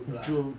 group lah